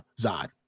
Zod